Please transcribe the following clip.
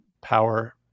power